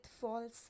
false